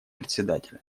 председателя